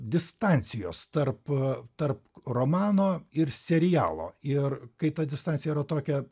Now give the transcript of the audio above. distancijos tarp tarp romano ir serialo ir kai ta distancija yra tokia